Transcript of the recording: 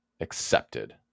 accepted